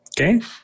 Okay